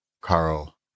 Carl